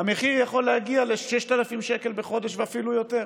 והמחיר יכול להגיע ל-6,000 שקל בחודש ואפילו יותר.